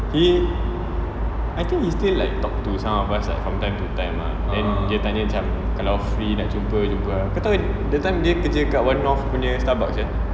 he I think he still like talk to some of us like from time to time ah then dia tanya macam kalau free nak jumpa jumpa ah kau tahu that time dia kerja kat one-north punya Starbucks seh